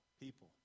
people